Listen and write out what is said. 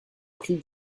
pris